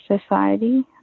society